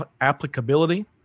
applicability